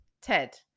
Ted